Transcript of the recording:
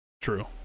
true